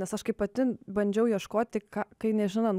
nes aš kai pati bandžiau ieškoti ką kai nežinant